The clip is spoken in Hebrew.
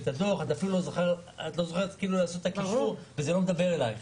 את אפילו לא זוכרת לעשות את הקישור וזה לא מדבר אלייך.